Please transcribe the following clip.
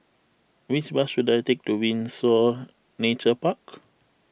which bus should I take to Windsor Nature Park